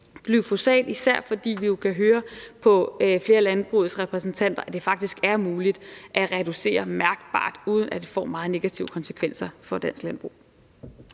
det er vi især, fordi vi jo kan høre på flere af landbrugets repræsentanter, at det faktisk er muligt at reducere mærkbart, uden at det får meget negative konsekvenser for dansk landbrug.